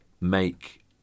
make